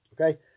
okay